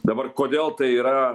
dabar kodėl tai yra